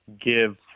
give